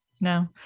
no